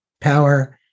power